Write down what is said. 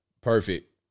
Perfect